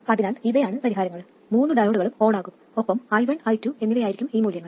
അതിനാൽ ഇവയാണ് പരിഹാരങ്ങൾ മൂന്ന് ഡയോഡുകളും ഓണാകും ഒപ്പം i1 i2 എന്നിവയായിരിക്കും ഈ മൂല്യങ്ങൾ